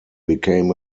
became